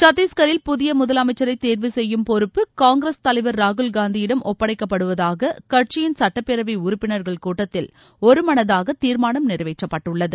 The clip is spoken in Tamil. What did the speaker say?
சத்திஷ்கரில் புதிய முதலமைச்சரை தேர்வு செய்யும் பொறுப்பு காங்கிரஸ் தலைவர் ராகுல்காந்தியிடம் ஒப்படைக்கப்படுவதாக கட்சியின் சுட்டப்பேரவை உறுப்பினர்கள் கூட்டத்தில் ஒரு மனதாக தீர்மானம் நிறைவேற்றப்பட்டுள்ளது